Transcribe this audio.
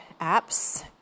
apps